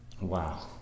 Wow